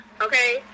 Okay